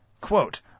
Quote